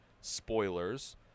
spoilers